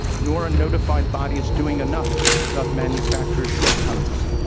nor are notified bodies doing enough to pick up manufacturer shortcomings.